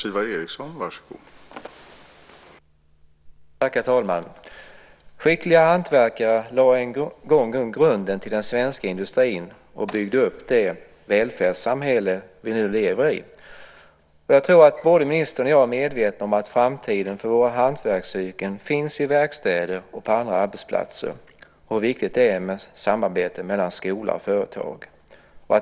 Herr talman! Skickliga hantverkare lade en gång grunden till den svenska industrin och byggde upp det välfärdssamhälle som vi nu lever i. Jag tror att både ministern och jag är medvetna om att framtiden för våra hantverksyrken finns i verkstäder och på andra arbetsplatser och om hur viktigt det är med samarbete mellan skola och företag.